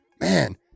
man